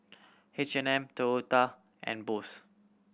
H and M Toyota and Bose